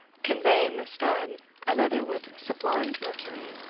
convey in the stead another with sublimed mercury,